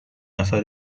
نفر